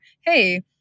hey